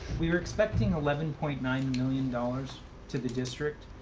we were expecting eleven point nine million dollars to the district.